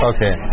Okay